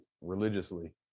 religiously